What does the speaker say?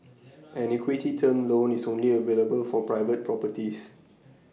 an equity term loan is only available for private properties